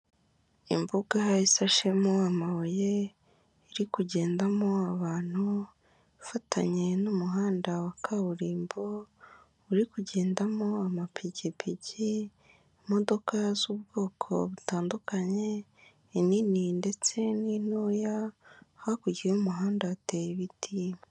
Imbuga isashemo amabuye, iri kugendamo abantu, ifatanye n'umuhanda wa kaburimbo, uri kugendamo amapikipiki, imodoka z'ubwoko butandukanye, inini ndetse n'intoya, hakurya y'umuhanda hateye ibiti.